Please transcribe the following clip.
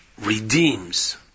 redeems